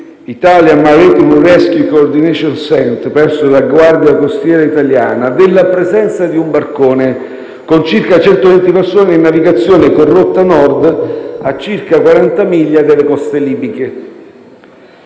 l'*Italian maritime rescue coordination center* (IMRCC) presso la Guardia costiera italiana della presenza di un barcone con circa 120 persone in navigazione con rotta Nord, a circa 40 miglia dalle coste libiche,